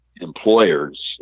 employers